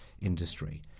industry